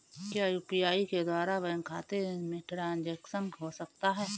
क्या यू.पी.आई के द्वारा बैंक खाते में ट्रैन्ज़ैक्शन हो सकता है?